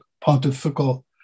pontifical